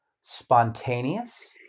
spontaneous